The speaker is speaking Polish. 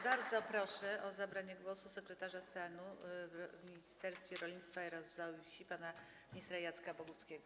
Bardzo proszę o zabranie głosu sekretarza stanu w Ministerstwie Rolnictwa i Rozwoju Wsi pana ministra Jacka Boguckiego.